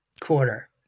quarter